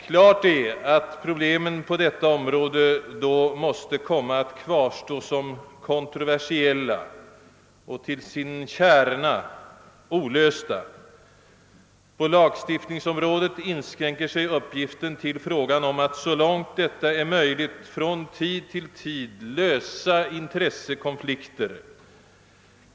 Klart är att problemen på detta område då måste komma att kvarstå som kontroversiella och till sin kärna olösta. På lagstiftningsområdet inskränker sig uppgiften till att så långt detta är möjligt från tid till tid lösa intressekonflikter.